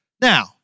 Now